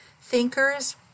Thinkers